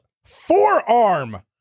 Forearm